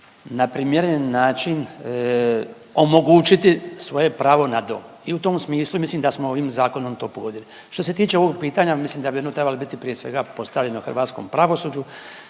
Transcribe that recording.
na primjeren način omogućiti svoje pravo na dom i u tom smislu i mislim da smo ovim zakonom to pogodili. Što se tiče ovog pitanja mislim da bi ono trebalo biti prije svega postavljeno hrvatskom pravosuđu